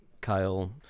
Kyle